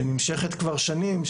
שנמשכת כבר שנים,